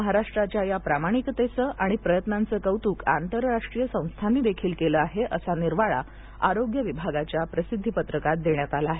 महाराष्ट्राच्या या प्रामाणिकतेचंआणि प्रयत्नांचे कौतुक आंतरराष्ट्रीय संस्थांनी देखील केले आहे असा निर्वाळा आरोग्य विभागाच्या प्रसिद्धीपत्रकात देण्यात आला आहे